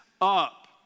up